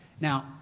Now